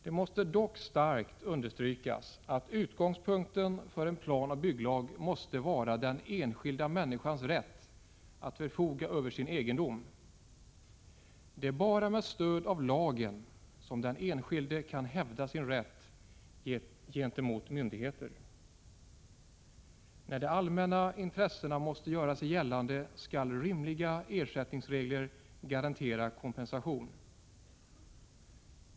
Det måste starkt understrykas att utgångspunkten för en planoch bygglag måste vara den enskilda människans rätt att förfoga över sin egendom. Det är bara med stöd av lagen som den enskilde kan hävda sin rätt gentemot myndigheter. När de allmänna intressena måste göra sig gällande skall rimliga ersättningsregler garantera kompensation.